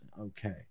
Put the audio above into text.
Okay